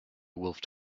wolfed